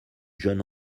jeune